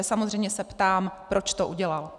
Samozřejmě se ptám, proč to udělal.